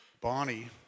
Bonnie